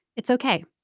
it's ok.